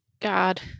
God